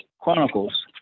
Chronicles